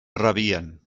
rebien